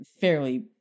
fairly